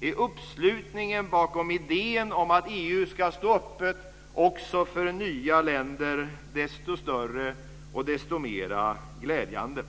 är uppslutningen bakom idén om att EU ska stå öppet också för nya länder desto större och desto mer glädjande.